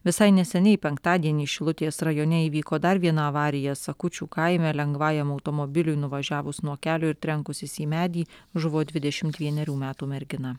visai neseniai penktadienį šilutės rajone įvyko dar viena avarija sakučių kaime lengvajam automobiliui nuvažiavus nuo kelio ir trenkusis į medį žuvo dvidešimt vienerių metų mergina